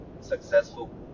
successful